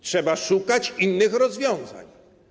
Trzeba szukać innych rozwiązań.